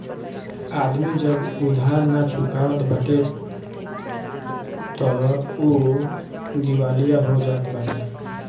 आदमी जब उधार नाइ चुका पावत हवे तअ उ दिवालिया हो जात बाटे